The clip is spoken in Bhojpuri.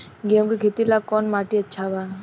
गेहूं के खेती ला कौन माटी अच्छा बा?